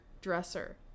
dresser